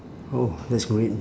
oh that's great